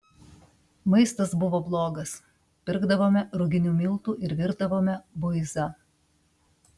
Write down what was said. maistas buvo blogas pirkdavome ruginių miltų ir virdavome buizą